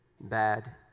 bad